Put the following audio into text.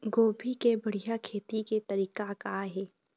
गोभी के बढ़िया खेती के तरीका का हे?